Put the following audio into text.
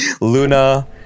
luna